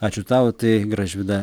ačiū tau tai gražvyda